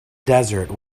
desert